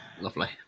Lovely